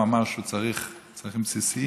אחרי שהוא אמר שהוא צריך דברים בסיסיים,